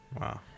Wow